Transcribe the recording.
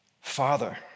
Father